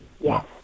yes